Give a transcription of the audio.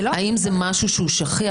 האם זה משהו שכיח?